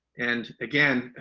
and again,